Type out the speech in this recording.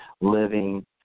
living